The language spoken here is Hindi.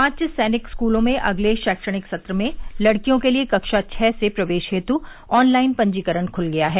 पांच सैनिक स्कूलों में अगले शैक्षणिक सत्र में लड़कियों के लिए कक्षा छह से प्रवेश हेतु ऑनलाइन पंजीकरण खुल गया है